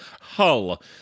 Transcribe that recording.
Hull